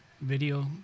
video